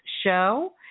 show